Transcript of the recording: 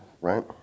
right